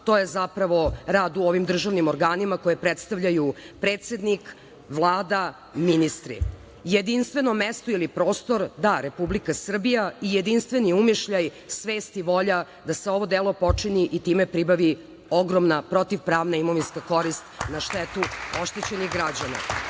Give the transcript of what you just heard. to je zapravo rad u ovim državnim organima koje predstavljaju predsednik, Vlada, ministri, jedinstveno mesto ili prostor – Republika Srbija, i jedinstveni umišljaj, svest i volja da se ovo delo počini i pribavi ogromna protiv pravna imovinska korist na štetu oštećenih građana. Građani